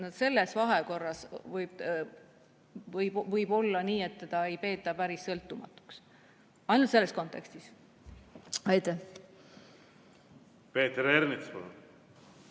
selles vahekorras võib olla nii, et teda ei peeta päris sõltumatuks. Ainult selles kontekstis. Aitäh!